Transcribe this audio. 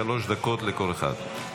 שלוש דקות לכל אחד.